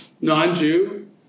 non-Jew